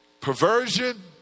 Perversion